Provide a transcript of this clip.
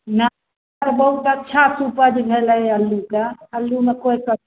नहि बहुत अच्छा से उपज भेलै अल्लूके अल्लूमे कोइ कसर